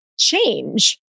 change